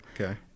Okay